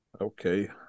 Okay